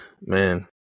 man